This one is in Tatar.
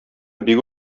бик